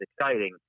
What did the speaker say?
exciting